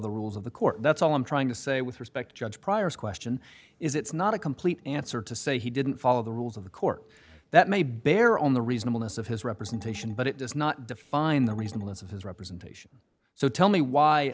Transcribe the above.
the rules of the court that's all i'm trying to say with respect judge prior's question is it's not a complete answer to say he didn't follow the rules of the court that may bear on the reasonableness of his representation but it does not define the reason less of his representation so tell me why